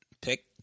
pick